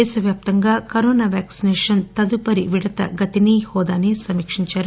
దేశవ్యాప్తంగా corona vaccination తదుపరి విడత గతిని హోదాను సమీక్షించారు